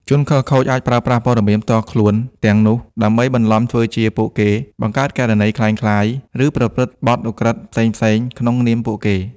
ជនខិលខូចអាចប្រើប្រាស់ព័ត៌មានផ្ទាល់ខ្លួនទាំងនោះដើម្បីបន្លំធ្វើជាពួកគេ បង្កើតគណនីក្លែងក្លាយ ឬប្រព្រឹត្តបទឧក្រិដ្ឋផ្សេងៗក្នុងនាមពួកគេ។